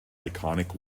iconic